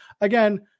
Again